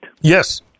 Yes